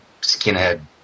skinhead